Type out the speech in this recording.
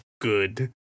good